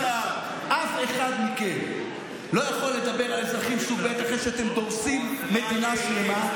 אף אחד מכם לא יכול לדבר על אזרחים סוג ב' אחרי שאתם דורסים מדינה שלמה.